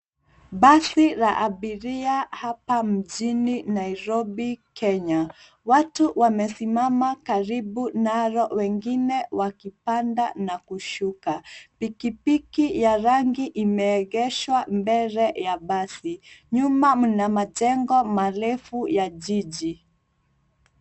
Basi la abiria hapa mjini Nairobi, Kenya. Watu wamesimama karibu nalo wengine wakipanda na kushuka. Pikipiki ya rangi imeegeshwa mbele ya basi. Nyuma mna majengo marefu ya jiji.